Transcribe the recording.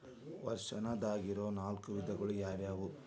ವರ್ಷಾಶನದಾಗಿರೊ ನಾಲ್ಕು ವಿಧಗಳು ಯಾವ್ಯಾವು?